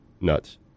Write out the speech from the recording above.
nuts